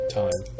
time